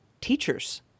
teachers